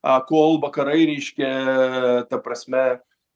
kol vakarai reiškia ta prasme